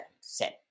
set